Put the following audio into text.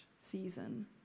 season